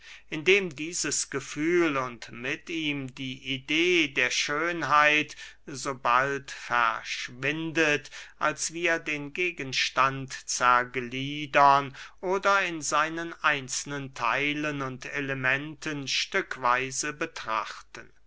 indem dieses gefühl und mit ihm die idee der schönheit so bald verschwindet als wir den gegenstand zergliedern oder in seinen einzelnen theilen und elementen stückweise betrachten